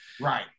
Right